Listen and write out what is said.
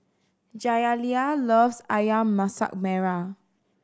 Jaliyah loves Ayam Masak Merah